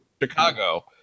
Chicago